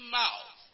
mouth